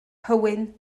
hywyn